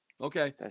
Okay